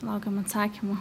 laukiam atsakymo